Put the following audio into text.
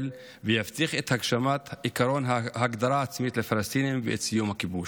ויבטיח את הגשמת עקרון ההגדרה העצמית לפלסטינים ואת סיום הכיבוש.